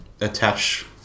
attach